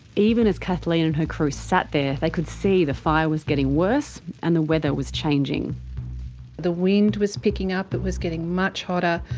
even as kathleen and her crew sat there they could see the fire was getting worse and the weather was changingkathleen mccann the wind was picking up it was getting much hotter.